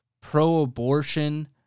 pro-abortion